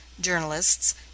journalists